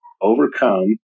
overcome